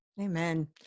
Amen